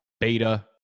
beta